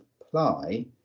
apply